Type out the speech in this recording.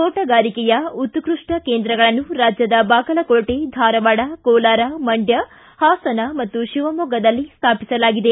ತೋಟಗಾರಿಕೆಯ ಉತ್ಪಪ್ಪ ಕೇಂದ್ರಗಳನ್ನು ರಾಜ್ಯದ ಬಾಗಲಕೋಟೆ ಧಾರವಾಡ ಕೋಲಾರ ಮಂಡ್ಯ ಹಾಸನ ಮತ್ತು ಶಿವಮೊಗ್ಗದಲ್ಲಿ ಸ್ಥಾಪಿಸಲಾಗಿದೆ